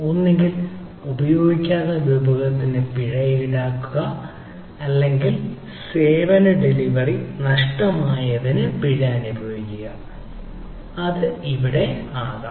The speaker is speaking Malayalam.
ഒന്നുകിൽ നിങ്ങൾ ഉപയോഗിക്കാത്ത വിഭവത്തിന് പിഴ ഈടാക്കുക അല്ലെങ്കിൽ സേവന ഡെലിവറി നഷ്ടമായതിന് പിഴ അനുഭവിക്കുക അത് അവിടെ ആകാം